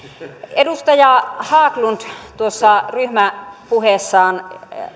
edustaja haglund tuossa ryhmäpuheessaan